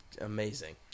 Amazing